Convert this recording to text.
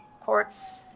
courts